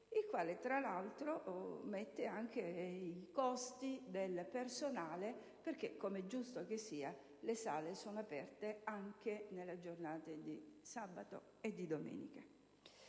il quale tra l'altro aggiunge anche i costi per il personale, perché - come è giusto che sia - le sale rimangono aperte anche nelle giornate di sabato e di domenica.